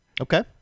Okay